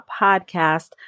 podcast